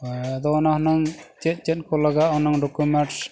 ᱟᱫᱚ ᱚᱱᱟ ᱦᱩᱱᱟᱹᱝ ᱪᱮᱫ ᱪᱮᱫ ᱠᱚ ᱞᱟᱜᱟᱜᱼᱟ ᱚᱱᱟ